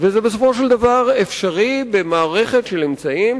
ובסופו של דבר זה אפשרי במערכת של אמצעים,